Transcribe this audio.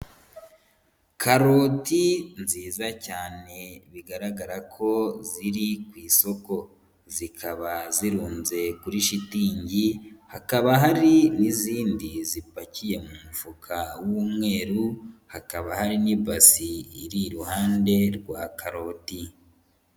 Karoti nziza cyane, bigaragara ko ziri ku isoko, zikaba zirunze kuri shitingi, hakaba hari n'izindi zipakiye mu mufuka w'umweru, hakaba hari n'ibasi iri iruhande rwa karoti.